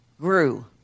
grew